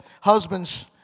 husbands